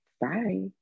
Bye